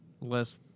Less